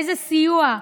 איזה סיוע,